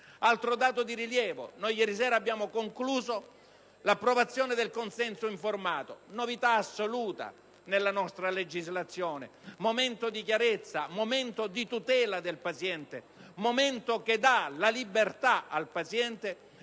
altro dato di rilievo è che ieri sera noi abbiamo concluso l'approvazione del consenso informato: una novità assoluta nella nostra legislazione, un momento di chiarezza e di tutela del paziente, un momento che dà la libertà al paziente